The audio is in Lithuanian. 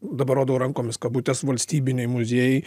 dabar rodau rankomis kabutes valstybiniai muziejai